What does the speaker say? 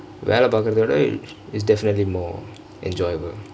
well பாக்கப்போனா:paakaponaa is definitely more enjoyable